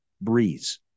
breeze